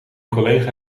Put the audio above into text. collega